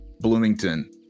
Bloomington